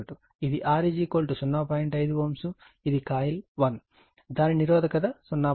ఇది కోయిల్ 1 దాని నిరోధకత 0